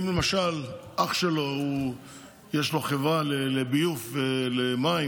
אם למשל לאח שלו יש חברה לביוב ולמים